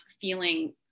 feeling